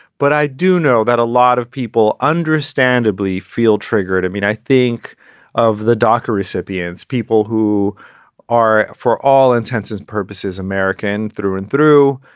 but i do know that a lot of people understandably feel triggered. i mean, i think of the docker recipients, people who are, for all intents and purposes, american through and through,